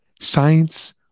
Science